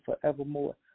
forevermore